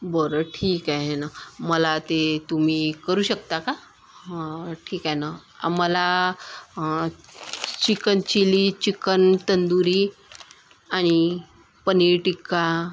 बरं ठीक आहे नं मला ते तुम्ही करू शकता का हा ठीक आहे न आ मला चिकन चिली चिकन तंदुरी आणि पनीर टिक्का